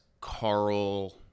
Carl